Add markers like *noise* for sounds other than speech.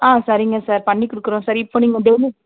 ஆ சரிங்க சார் பண்ணி கொடுக்குறோம் சார் இப்போ நீங்கள் *unintelligible*